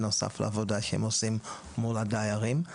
בנוסף לעבודה שהם עושים מול הדיירים.